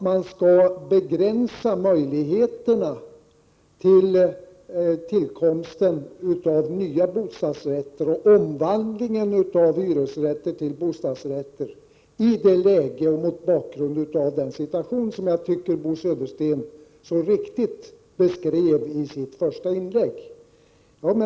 Man borde begränsa möjligheterna att tillskapa nya bostadsrätter och begränsa omvandlingen av hyresrätter till bostadsrätter mot bakgrund av den situation som jag tycker Bo Södersten så riktigt beskrev i sitt första anförande.